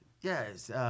Yes